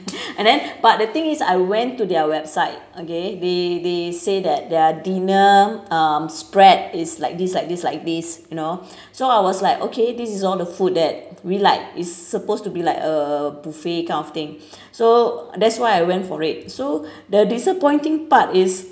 and then but the thing is I went to their website okay they they say that their dinner um spread is like this like this like this you know so I was like okay this is all the food that we like it's supposed to be like a buffet kind of thing so that's why I went for it so the disappointing part is